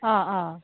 অঁ অঁ